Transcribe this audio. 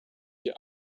die